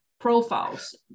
profiles